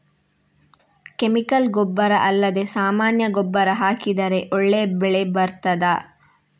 Chemical ಗೊಬ್ಬರ ಅಲ್ಲದೆ ಸಾಮಾನ್ಯ ಗೊಬ್ಬರ ಹಾಕಿದರೆ ಒಳ್ಳೆ ಬೆಳೆ ಬರ್ತದಾ?